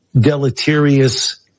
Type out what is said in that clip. deleterious